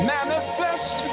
Manifest